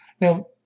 Now